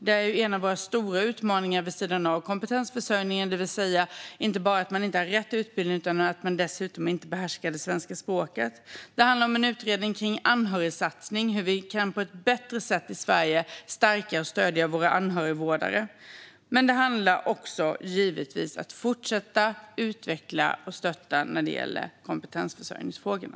Det är en av våra stora utmaningar vid sidan av kompetensförsörjningen, det vill säga att man kanske inte bara har fel utbildning utan dessutom inte behärskar det svenska språket. Det handlar om en utredning om anhörigsatsning och hur vi på ett bättre sätt kan stärka och stödja våra anhörigvårdare i Sverige. Det handlar givetvis också om att fortsätta att utveckla och stötta när det gäller kompetensförsörjningsfrågorna.